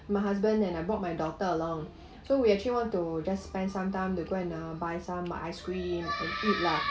my husband and I brought my daughter along so we actually want to just spend some time to go and uh buy some ice cream and eat lah